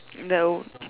no